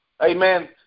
Amen